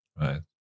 Right